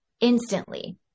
instantly